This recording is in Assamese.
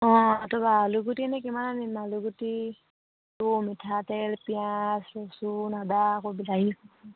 অঁ আলুগুটি এনে কিমান আনিম আলুগুটি মিঠাতেল পিঁয়াজ